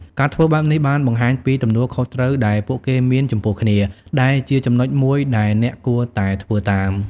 ការធ្វើបែបនេះបានបង្ហាញពីទំនួលខុសត្រូវដែលពួកគេមានចំពោះគ្នា ដែលជាចំណុចមួយដែលអ្នកគួរតែធ្វើតាម។